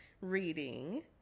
Reading